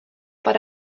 per